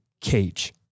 cage